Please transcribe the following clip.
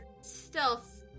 stealth